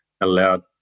allowed